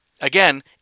Again